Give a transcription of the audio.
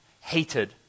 hated